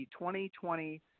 2020